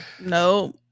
No